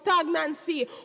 stagnancy